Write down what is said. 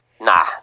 Nah